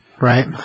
Right